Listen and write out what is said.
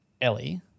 Ellie –